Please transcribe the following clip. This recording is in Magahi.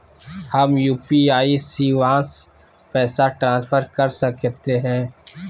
हम यू.पी.आई शिवांश पैसा ट्रांसफर कर सकते हैं?